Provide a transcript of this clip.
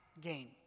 gain